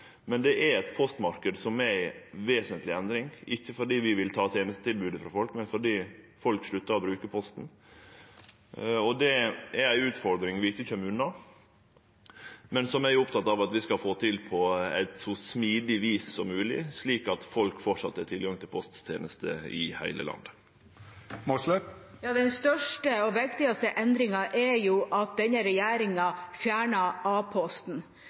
men det er ein postmarknad som er i vesentleg endring – ikkje fordi vi vil ta tenestetilbodet frå folk, men fordi folk sluttar å bruke Posten. Det er ei utfordring vi ikkje kjem unna, men som eg er oppteken av at vi skal få til på så smidig vis som mogleg, slik at folk framleis har tilgang til posttenester i heile landet. Den største og viktigste endringen er at denne regjeringa